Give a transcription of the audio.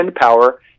power